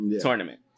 tournament